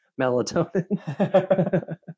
melatonin